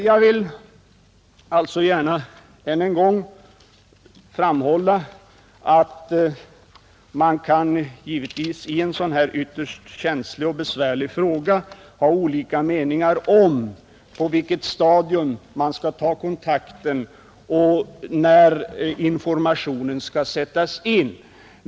Jag vill alltså ännu en gång gärna framhålla att man i en sådan här känslig och besvärlig fråga kan ha olika meningar om på vilket stadium kontakt skall tas, när informationen skall sättas in.